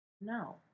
No